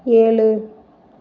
ஏழு